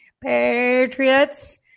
Patriots